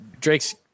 Drake's